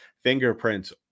fingerprints